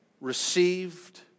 received